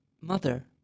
Mother